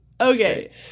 Okay